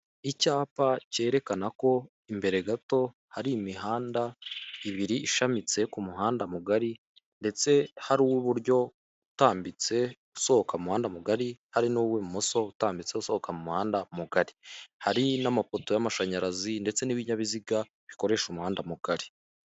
Icyapa cyerekana ko imbere gato hari imihanda ibiri ishamitse ku muhanda mugari ndetse hari uw'uburyo utambitse usohoka muhanda mugari, hari n'uw'ibumoso utambitse usohoka mu muhanda mugari. Hari n'amapoto y'amashanyarazi ndetse n'ibinyabiziga bikoresha umuhanda mugari.